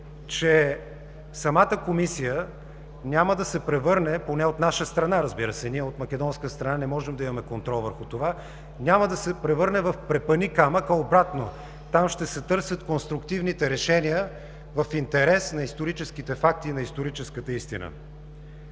че самата Комисия няма да се превърне, поне от наша страна, разбира се, ние от македонска страна не можем да имаме контрол върху това, в препъни камък, а обратно – там ще се търсят конструктивните решения в интерес на историческите факти и на историческата истина.